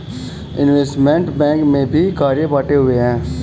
investment bank में भी कार्य बंटे हुए हैं